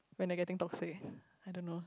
when I getting toxic I don't know